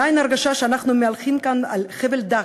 מאין ההרגשה שאנו מהלכים כאן על חבל דק,